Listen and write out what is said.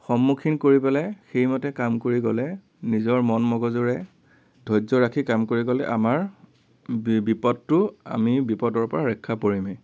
সন্মুখীন কৰি পেলাই সেইমতেই কাম কৰি গ'লে নিজৰ মন মগজুৰে ধৈৰ্য্য ৰাখি কাম কৰি গ'লে আমাৰ বি বিপদটো আমি বিপদৰ পৰা ৰক্ষা পৰিমেই